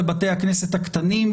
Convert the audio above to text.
לבתי הכנסת הקטנים,